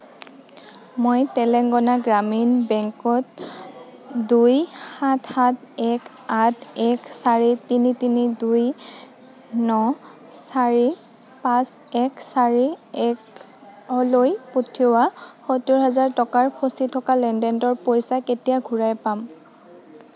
মই তেলেঙ্গানা গ্ৰামীণ বেংকত দুই সাত সাত এক আঠ এক চাৰি তিনি তিনি দুই ন চাৰি পাঁচ এক চাৰি একলৈ পঠিওৱা সত্তৰ হাজাৰ টকাৰ ফঁচি থকা লেনদেনটোৰ পইচা কেতিয়া ঘূৰাই পাম